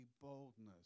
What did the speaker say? boldness